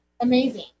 amazing